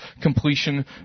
completion